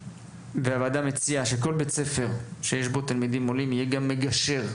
הוועדה מציעה שבכל בית ספר שיש בו תלמידים עולים יהיה גם מגשר,